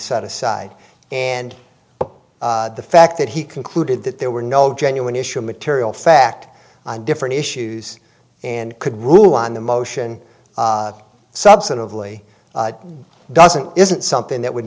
set aside and the fact that he concluded that there were no genuine issue material fact on different issues and could rule on the motion substantively doesn't isn't something that would